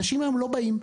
היום אנשים לא באים.